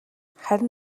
харин